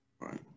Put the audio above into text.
Right